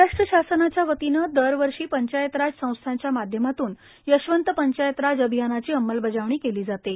महाराष्ट्र शासनाच्यावतीने दरवर्षी पंचायत राज संस्थांच्या माध्यमातून यशवंत पंचायत राज अभियानाची अंमलबजावणी केली जाते